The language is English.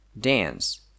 dance